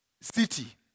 city